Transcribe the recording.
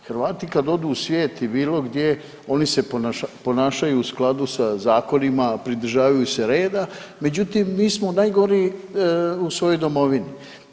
Hrvati kad odu u svijet i bilo gdje oni se ponašaju u skladu sa zakonima, pridržavaju se reda međutim mi smo najgori u svojoj domovini.